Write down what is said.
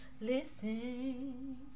listen